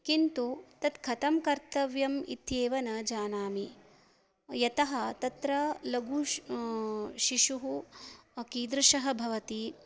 किन्तु तत् कथं कर्तव्यम् इत्येव न जानामि यतः तत्र लघु शिशुः कीदृशः भवति